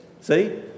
See